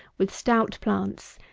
with stout plants,